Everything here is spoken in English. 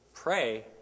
pray